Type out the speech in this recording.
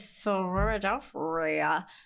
Philadelphia